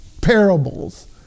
parables